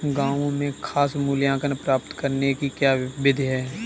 गाँवों में साख मूल्यांकन प्राप्त करने की क्या विधि है?